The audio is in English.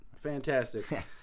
fantastic